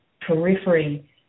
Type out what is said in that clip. periphery